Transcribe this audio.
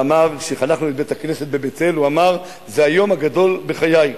כשחנכנו את בית-הכנסת בבית-אל הוא אמר: זה היום הגדול בחיי.